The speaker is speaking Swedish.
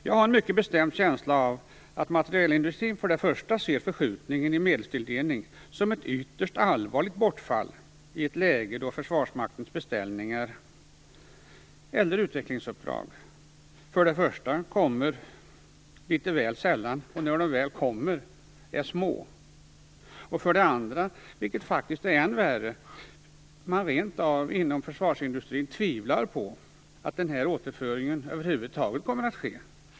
Jag har en mycket bestämd känsla av att materielindustrin för det första ser förskjutningen i medelstilldelning som ett ytterst allvarligt bortfall i ett läge då Försvarsmaktens beställningar, eller utvecklingsuppdrag, kommer litet väl sällan och när de väl kommer är små. För det andra, vilket faktiskt är än värre, tvivlar man inom försvarsindustrin rentav på att denna återföring kommer att ske över huvud taget.